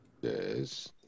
Yes